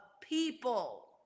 people